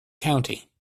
county